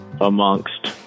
amongst